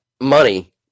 money